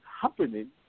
happening